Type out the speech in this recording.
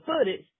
footage